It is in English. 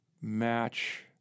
Match